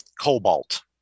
cobalt